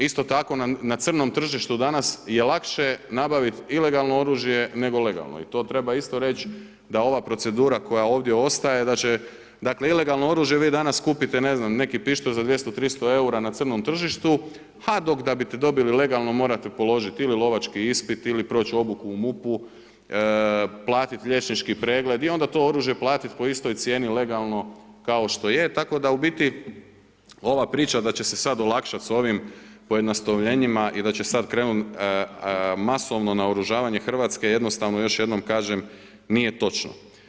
Isto tako na crnom tržištu danas je lakše nabaviti ilegalno oružje nego legalno i to treba isto reći da ova procedura koja ovdje ostaje, da će dakle ilegalno oružje vi danas kupite ne znam, neki pištolj za 200, 300 eura na crnom tržištu, a dok da bi dobili legalno morate položiti ili lovački ispit ili proć obuku u MUP-u, platiti liječnički pregled i onda to oružje platiti po istoj cijeni legalno kao što je, tako da u biti ova priča da će se sad olakšat sa ovim pojednostavljenjima i da se sad krenuti masovno naoružavanje Hrvatske, jednostavno još jednom kažem, nije točno.